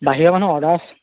বাহিৰা মানুহ অৰ্ডাৰ